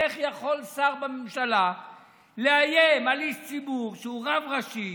איך יכול שר בממשלה לאיים על איש ציבור שהוא רב ראשי,